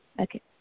okay